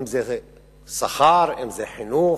אם שכר, אם חינוך,